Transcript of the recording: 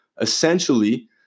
essentially